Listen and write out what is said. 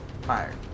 Fire